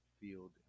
field